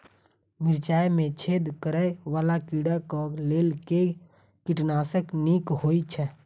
मिर्चाय मे छेद करै वला कीड़ा कऽ लेल केँ कीटनाशक नीक होइ छै?